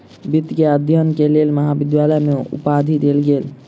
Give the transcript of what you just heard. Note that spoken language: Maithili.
वित्त के अध्ययन के लेल महाविद्यालय में उपाधि देल गेल